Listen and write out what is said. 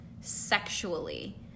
sexually